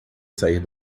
sair